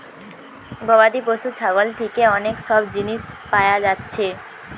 গবাদি পশু ছাগল থিকে অনেক সব জিনিস পায়া যাচ্ছে